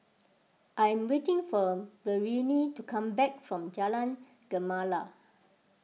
I am waiting for Marianne to come back from Jalan Gemala